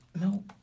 no